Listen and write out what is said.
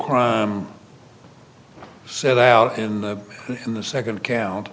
crime set out in the in the second count